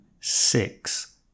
six